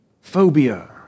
phobia